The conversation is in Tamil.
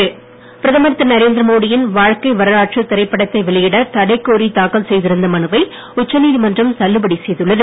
மோடி திரைப்படம் பிரகமர் நரேந்திரமோடியின் வாழ்க்கை திரு வரலாற்று திரைப்படத்தை வெளியிட தடை கோரி தாக்கல் செய்திருந்த மனுவை உச்சநீதிமன்றம் தள்ளுபடி செய்துள்ளது